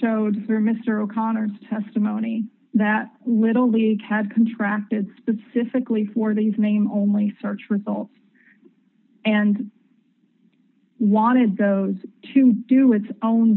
showed for mr o'connor testimony that little league had contracted specifically for these name only search results and wanted those to do its own